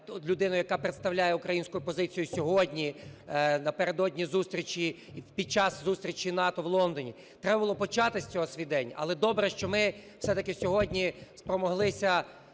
людиною, яка представляє українську позицію сьогодні, напередодні зустрічі, під час зустрічі НАТО в Лондоні. Треба було почати з цього свій день. Але добре, що ми все-таки сьогодні спромоглися